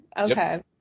Okay